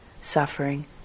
suffering